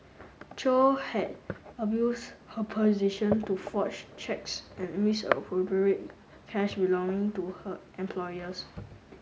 chow had abused her position to forge cheques and misappropriate cash belonging to her employers